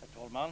Herr talman!